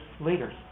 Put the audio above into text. leaders